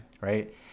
right